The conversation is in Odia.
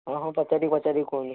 ହଁ ହଁ ପଚାରିପଚାରି କୁହନ୍ତୁ